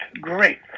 great